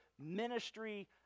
ministry